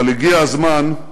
אבל הגיע הזמן,